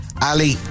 Ali